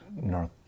North